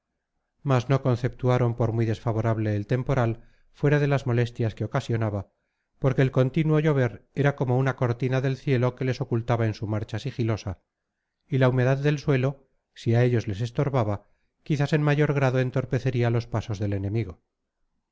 mas no conceptuaron por muy desfavorable el temporal fuera de las molestias que ocasionaba porque el continuo llover era como una cortina del cielo que les ocultaba en su marcha sigilosa y la humedad del suelo si a ellos les estorbaba quizás en mayor grado entorpecería los pasos del enemigo